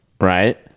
right